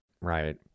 Right